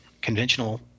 conventional